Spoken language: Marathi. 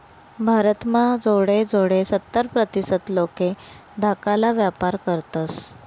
भारत म्हा जोडे जोडे सत्तर प्रतीसत लोके धाकाला व्यापार करतस